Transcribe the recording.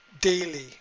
daily